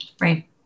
Right